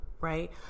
right